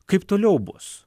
kaip toliau bus